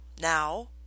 Now